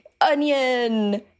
onion